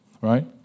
right